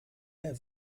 der